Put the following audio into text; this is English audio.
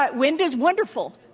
but wind is wonderful,